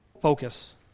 focus